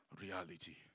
reality